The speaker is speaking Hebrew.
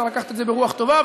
צריך לקחת את זה ברוח טובה,